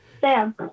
Sam